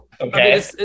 Okay